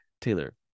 Taylor